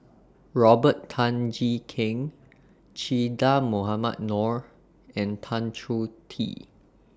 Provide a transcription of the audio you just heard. Robert Tan Jee Keng Che Dah Mohamed Noor and Tan Choh Tee